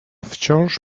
wciąż